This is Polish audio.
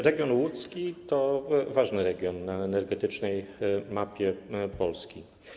Region łódzki to ważny region na energetycznej mapie Polski.